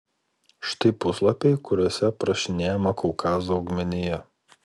štai puslapiai kuriuose aprašinėjama kaukazo augmenija